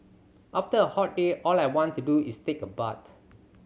after a hot day all I want to do is take a bath